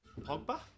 Pogba